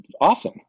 often